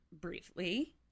briefly